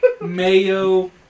mayo